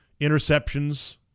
Interceptions